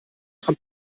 von